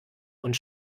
und